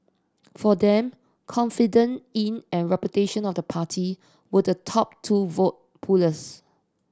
for them confidence in and reputation of the party were the top two vote pullers